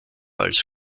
als